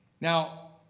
Now